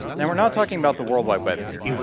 now, we're not talking about the world wide web here.